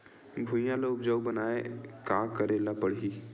भुइयां ल उपजाऊ बनाये का करे ल पड़ही?